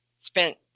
Spent